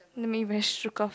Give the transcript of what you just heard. make me very shooketh